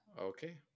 Okay